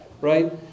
right